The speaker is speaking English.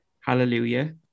Hallelujah